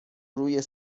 روی